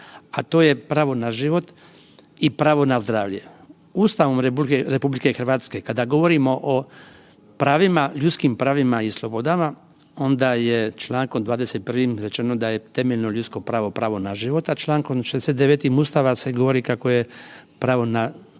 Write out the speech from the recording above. a to je pravo na život i pravo na zdravlje. Ustavom RH kada govorimo o ljudskim pravima i slobodama onda je čl. 21. da je temeljno ljudsko pravo, pravo na život, a čl. 69. Ustava se govori kako je pravo na zdrav